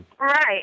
Right